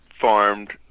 farmed